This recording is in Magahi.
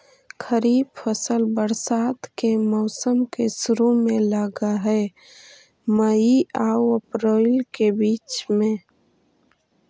खरीफ फसल बरसात के मौसम के शुरु में लग हे, मई आऊ अपरील के बीच में